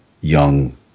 young